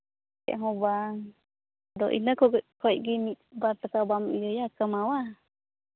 ᱪᱮᱫ ᱦᱚᱸ ᱵᱟᱝ ᱟᱫᱚ ᱤᱱᱟᱹ ᱠᱷᱚᱱ ᱜᱮ ᱢᱤᱫᱼᱵᱟᱨ ᱴᱟᱠᱟ ᱵᱟᱢ ᱤᱭᱟᱹᱭᱟ ᱠᱟᱢᱟᱣᱟ